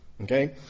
Okay